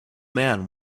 man